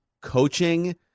coaching